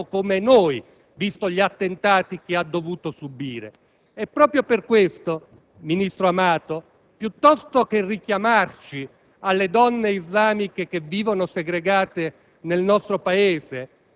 non hanno alcun tipo di sostanza e fondamento. Il problema sarebbe piuttosto indagare cosa è successo nel mondo islamico dagli anni Ottanta ad oggi e come